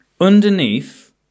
underneath